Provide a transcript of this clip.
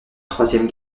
troisième